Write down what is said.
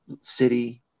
city